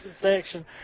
section